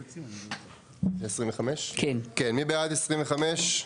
כן, מי בעד 25?